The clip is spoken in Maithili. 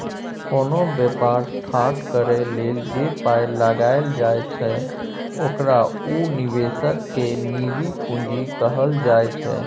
कोनो बेपार ठाढ़ करइ लेल जे पाइ लगाइल जाइ छै ओकरा उ निवेशक केर निजी पूंजी कहल जाइ छै